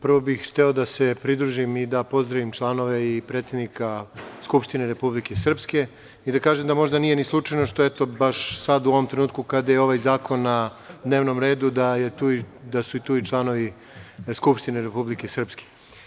Prvo bih hteo da se pridružim i da pozdravim članove i predsednika Skupštine Republike Srpske i da kažem da možda nije ni slučajno što je to baš sada u ovom trenutku kada je ovaj zakon na dnevnom redu da su tu i članovi Skupštine Republike Srpske.